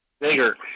bigger